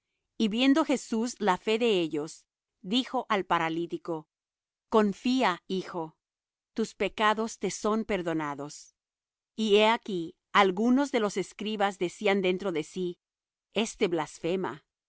y viendo jesús la fe de ellos dijo al paralítico confía hijo tus pecados te son perdonados y he aquí algunos de los escribas decían dentro de sí este blasfema